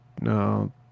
No